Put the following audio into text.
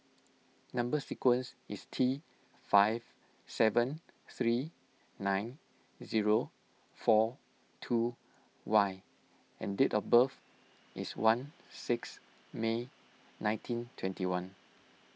Number Sequence is T five seven three nine zero four two Y and date of birth is one six May nineteen twenty one